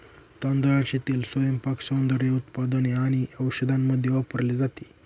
तांदळाचे तेल स्वयंपाक, सौंदर्य उत्पादने आणि औषधांमध्ये वापरले जाते